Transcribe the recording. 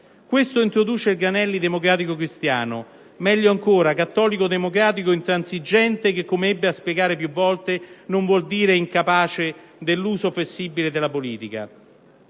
Questo introduce il Granelli democratico cristiano, meglio ancora cattolico democratico intransigente, che, come ebbe a spiegare più volte, non vuol dire incapace dell'uso flessibile della politica.